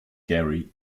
gary